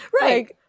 right